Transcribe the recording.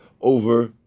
over